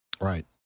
Right